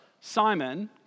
Simon